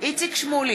איציק שמולי,